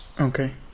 Okay